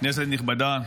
כנסת נכבדה,